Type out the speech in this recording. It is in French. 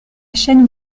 chaîne